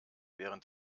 während